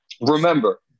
Remember